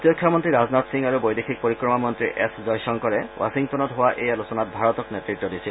প্ৰতিৰক্ষা মন্ত্ৰী ৰাজনাথ সিং আৰু বৈদেশিক পৰিক্ৰমা মন্ত্ৰী এছ জয়শংকৰে ৱাশ্বিংটনত হোৱা এই আলোচনাত ভাৰতক নেতৃত্ব দিছিল